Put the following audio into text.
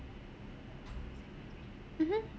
mmhmm